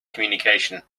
communication